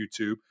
YouTube